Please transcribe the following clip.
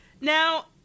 Now